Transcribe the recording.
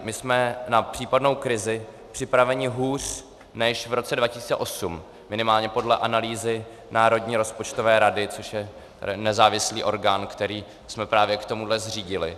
My jsme na případnou krizi připraveni hůř než v roce 2008, minimálně podle analýzy Národní rozpočtové rady, což je nezávislý orgán, který jsme právě kvůli tomuhle zřídili.